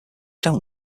don’t